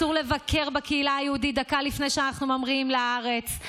אסור לבקר בקהילה היהודית דקה לפני שאנחנו ממריאים לארץ,